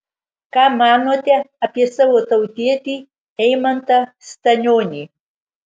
ką manote apie savo tautietį eimantą stanionį